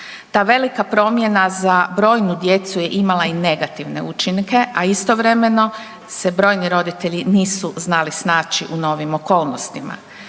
Ta velika promjena za brojnu djecu je imala i negativne učinke, a istovremeno se brojni roditelji nisu znali snaći u novim okolnostima.